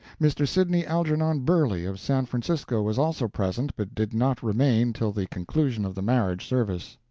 mr. sidney algernon burley, of san francisco, was also present but did not remain till the conclusion of the marriage service.